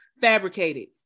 fabricated